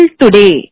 today